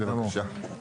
בבקשה.